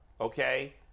okay